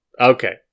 Okay